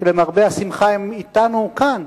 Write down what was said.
שלמרבה השמחה הם אתנו כאן,